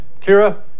Kira